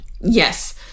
Yes